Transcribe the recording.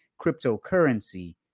cryptocurrency